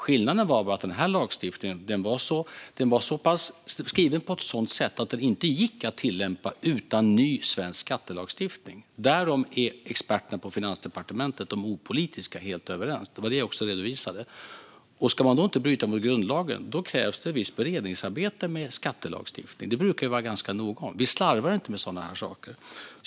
Skillnaden var att den här lagstiftningen var skriven på ett sådant sätt att den inte gick att tillämpa utan ny svensk skattelagstiftning. Därom är de opolitiska skatteexperterna på Finansdepartementet helt överens. Det var också det jag redovisade. Ska man inte bryta mot grundlagen krävs det ett visst beredningsarbete med skattelagstiftning. Det brukar vi vara ganska noga med. Vi slarvar inte med sådana saker.